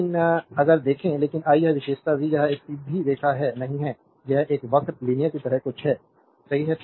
लेकिन अगर देखें लेकिन आई यह विशेषता v यह एक सीधी रेखा से नहीं है यह एक वक्र लीनियर की तरह कुछ है सही है